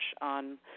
on